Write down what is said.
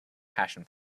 passion